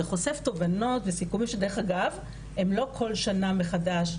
זה חושף תובנות וסיכומים שדרך אגב הם לא כל שנה מחדש,